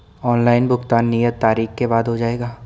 Online भुगतान नियत तारीख के बाद हो जाएगा?